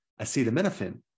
acetaminophen